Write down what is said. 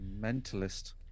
Mentalist